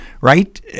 right